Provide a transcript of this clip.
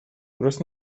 درست